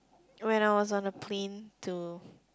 when I was on a plane to